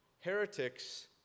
Heretics